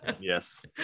yes